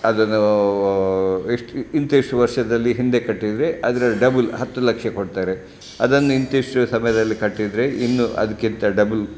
ಅದನ್ನು ಇಷ್ಟು ಇಂತಿಷ್ಟು ವರ್ಷದಲ್ಲಿ ಹಿಂದೆ ಕಟ್ಟಿದ್ದರೆ ಅದರ ಡಬಲ್ ಹತ್ತು ಲಕ್ಷ ಕೊಡ್ತಾರೆ ಅದನ್ನ ಇಂತಿಷ್ಟು ಸಮಯದಲ್ಲಿ ಕಟ್ಟಿದ್ದರೆ ಇನ್ನು ಅದಕ್ಕಿಂತ ಡಬಲ್